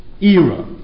era